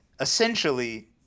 essentially